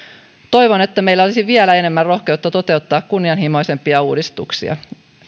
toivon että meillä olisi vielä enemmän rohkeutta toteuttaa kunnianhimoisempia uudistuksia